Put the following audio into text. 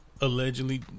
allegedly